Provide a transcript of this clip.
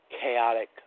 chaotic